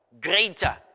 greater